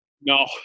No